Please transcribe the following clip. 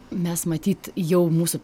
mes matyt jau mūsų